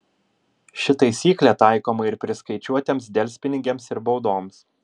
ši taisyklė taikoma ir priskaičiuotiems delspinigiams ir baudoms